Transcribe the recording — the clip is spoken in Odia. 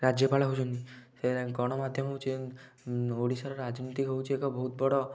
ରାଜ୍ୟପାଳ ହେଉଛନ୍ତି ଗଣମାଧ୍ୟମ ହେଉଛି ଓଡ଼ିଶାର ରାଜନୀତି ହେଉଛି ଏକ ବହୁତ ବଡ଼